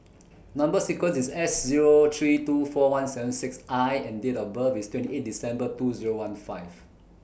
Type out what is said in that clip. Number sequence IS S Zero three two four one seven six I and Date of birth IS twenty eight December two Zero one five